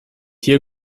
hier